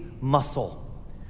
muscle